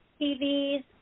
TVs